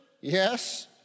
Yes